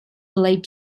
late